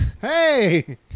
Hey